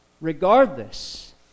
Regardless